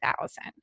thousand